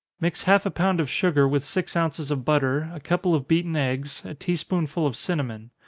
mix half a pound of sugar with six ounces of butter, a couple of beaten eggs, a tea-spoonful of cinnamon.